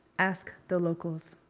ask the locals.